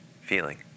feeling